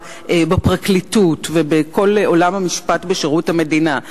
בפרקליטות ובכל עולם המשפט בשירות המדינה.